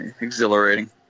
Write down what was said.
Exhilarating